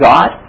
God